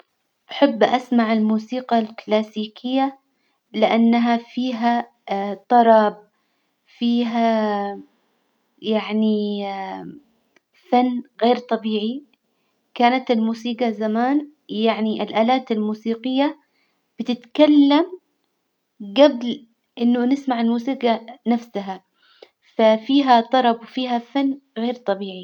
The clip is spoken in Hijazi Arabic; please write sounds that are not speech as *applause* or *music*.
أحب أسمع الموسيقى الكلاسيكية لإنها فيها *hesitation* طرب، فيها يعني *hesitation* فن غير طبيعي، كانت الموسيجى زمان يعني الآلات الموسيقية بتتكلم جبل إنه نسمع الموسيجى نفسها، ففيها طرب وفيها فن غير طبيعي.